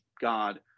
God